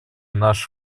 наш